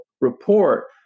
report